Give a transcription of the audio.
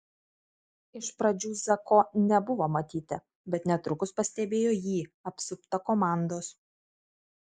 iš pradžių zako nebuvo matyti bet netrukus pastebėjo jį apsuptą komandos